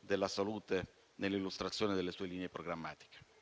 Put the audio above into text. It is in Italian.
della salute nell'illustrazione delle sue linee programmatiche.